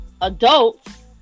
adults